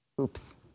oops